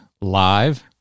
live